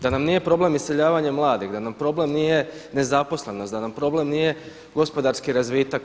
Da nam nije problem iseljavanje mladih, da nam problem nije nezaposlenost, da nam problem nije gospodarski razvitak.